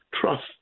trust